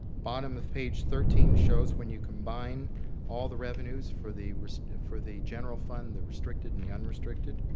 bottom of page thirteen shows when you combine all the revenues for the for the general fund, the restricted, and the unrestricted,